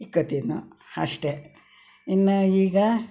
ಇಕ್ಕೊಳ್ತೀವಿ ನಾವು ಅಷ್ಟೇ ಇನ್ನೂ ಈಗ